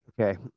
Okay